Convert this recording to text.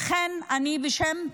לכן אני, גם בשם הוועדה,